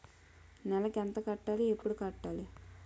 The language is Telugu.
నెలకు ఎంత కట్టాలి? ఎప్పుడు కట్టాలి?